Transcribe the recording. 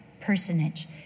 personage